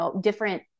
different